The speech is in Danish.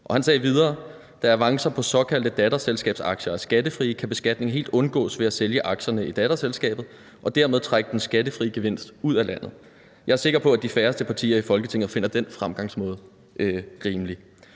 han sagde videre: Da avancer på såkaldte datterselskabsaktier er skattefrie, kan beskatning helt undgås ved at sælge aktierne i datterselskabet og dermed trække den skattefri gevinst ud af landet. Jeg er sikker på, at de færreste partier i Folketinget finder den fremgangsmåde rimelig.